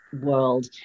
world